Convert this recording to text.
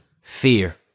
fear